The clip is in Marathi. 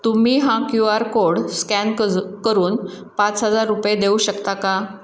तुम्ही हा क्यू आर कोड स्कॅन कज करून पाच हजार रुपये देऊ शकता का